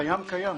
קיים קיים.